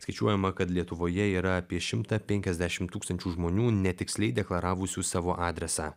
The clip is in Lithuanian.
skaičiuojama kad lietuvoje yra apie šimtą penkiasdešimt tūkstančių žmonių netiksliai deklaravusių savo adresą